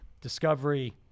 discovery